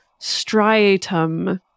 striatum